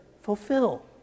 fulfill